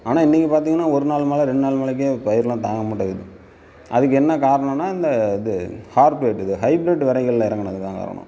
ஆனால் இன்றைக்கி பார்த்தீங்கன்னா ஒரு நாள் மழை ரெண்டு நாள் மழைக்கே பயிரெலாம் தாங்க மாட்டேக்குது அதுக்கு என்ன காரணன்னால் இந்த இது ஹார்பரேட் இது ஹைபிரிட் வரைகளில் இறங்குனது தான் காரணம்